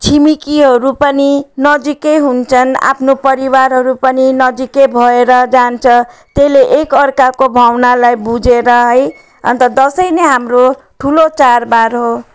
छिमेकीहरू पनि नजिकै हुन्छन् आफ्नो परिवारहरू पनि नजिकै भएर जान्छ त्यहीले एकाअर्काको भावनालाई बुझेर है अन्त दसैँ नै हाम्रो ठुलो चाडबाड हो